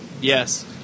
Yes